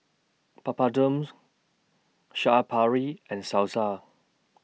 Papadums Chaat Papri and Salsa